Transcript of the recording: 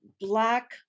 black